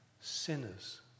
sinners